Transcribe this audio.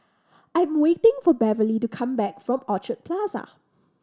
I am waiting for Beverley to come back from Orchard Plaza